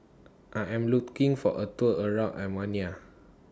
I Am looking For A Tour around Armenia